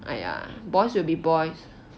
!aiya! boys will be boys